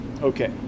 Okay